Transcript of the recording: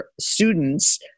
students